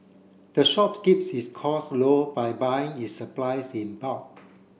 the shops keeps its cost low by buying its supplies in bulk